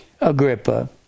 Agrippa